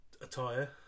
attire